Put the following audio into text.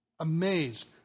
amazed